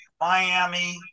Miami